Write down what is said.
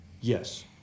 yes